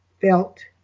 felt